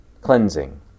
cleansing